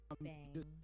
bang